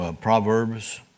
Proverbs